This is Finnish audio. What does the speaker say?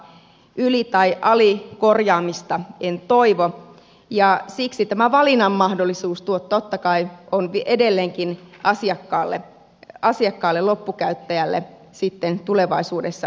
yli tai alikorjaamista en toivo ja siksi tämä valinnan mahdollisuus totta kai on edelleenkin asiakkaalle loppukäyttäjälle sitten tulevaisuudessa taattu